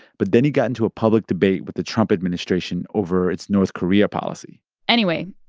but then he got into a public debate with the trump administration over its north korea policy anyway,